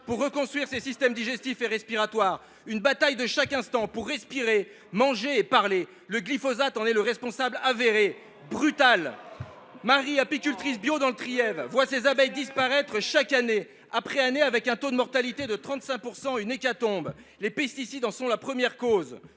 pour reconstruire ses systèmes digestif et respiratoire. Une bataille de chaque instant pour respirer, manger et parler. Le glyphosate en est le responsable avéré : brutal ! Marie, apicultrice bio dans le Trièves, voit ses abeilles disparaître année après année, avec un taux de mortalité de 35 %. Les pesticides sont la première cause